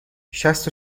شصت